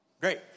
Great